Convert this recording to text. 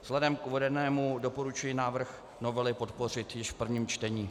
Vzhledem k uvedenému doporučuji návrh novely podpořit již v prvním čtení.